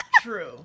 True